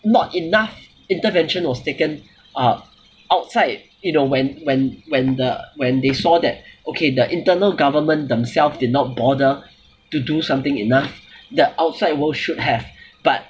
not enough intervention was taken uh outside you know when when when the when they saw that okay the internal government themselves did not bother to do something enough that outside world should have but